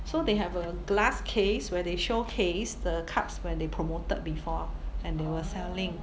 so they have a glass case where they showcase the cups when they promoted before and they were selling